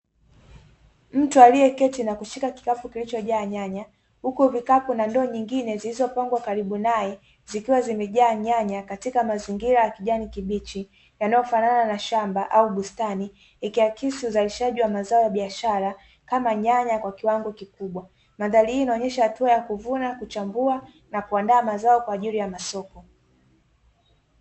Mtu aliyeketi na kushika kikapu kilichojaa nyanya, huku vikapu na ndoo nyingine zilizopangwa karibu naye zikiwa zimejaa nyanya katika mazingira ya kijani kibichi yanayofanana na shamba au bustani, ikiakisi uzalishaji wa mazao ya biashara kama nyanya kwa kiwango kikubwa. Mandhari hii inaonesha hatua ya kuvuna, kuchambua na kuandaa mazao kwa ajili ya masoko.